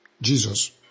Jesus